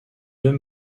deux